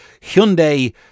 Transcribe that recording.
Hyundai